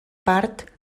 part